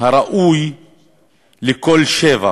הראוי לכל שבח,